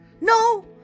No